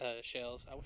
shells